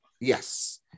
Yes